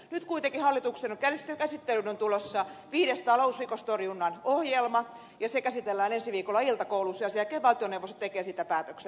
nyt kuitenkin hallituksen käsittelyyn on tulossa viides talousrikostorjunnan ohjelma ja se käsitellään ensi viikolla iltakoulussa ja sen jälkeen valtioneuvosto tekee siitä päätöksen